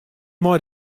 mei